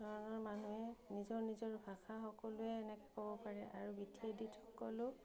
ধৰণৰ মানুহে নিজৰ নিজৰ ভাষা সকলোৱে এনেকৈ ক'ব পাৰে আৰু বি টি এ ডিতো ক'লোঁ